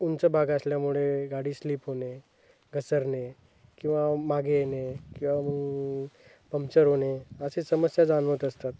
उंच भाग असल्यामुळे गाडी स्लिप होणे घसरणे किंवा मागे येणे किंवा पंचर होणे असे समस्या जाणवत असतात